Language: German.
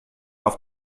auf